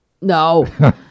no